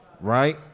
right